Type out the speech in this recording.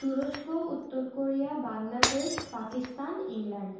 তুরস্ক উত্তর Korea Bangladesh Pakistan England